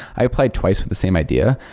i applied twice with the same idea.